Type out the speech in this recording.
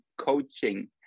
coaching